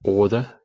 Order